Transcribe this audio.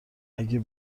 اگه